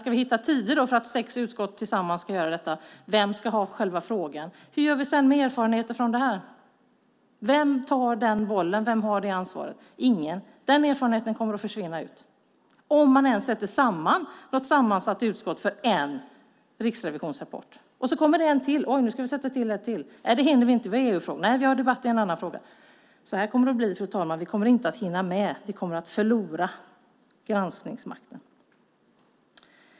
Ska vi hitta tider som passar alla sex, och vem ska ha hand om själva frågan? Hur gör vi sedan med erfarenheter från detta - vem tar det ansvaret? Ingen. Den erfarenheten kommer att försvinna ut. Man sätter samman ett sammansatt utskott för en riksrevisionsrapport. När det sedan kommer en ny rapport, ska man då sätta till ett till utskott? Nej, då hinner man inte, för man ska ta hand om EU-frågor eller det är något annat som ska debatteras. Så kommer det att bli. Vi kommer inte att hinna med. Vi kommer att förlora granskningsmakten.